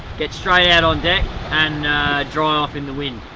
get straight out on deck and dry off in the wind.